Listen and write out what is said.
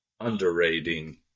underrating